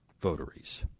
votaries